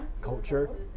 culture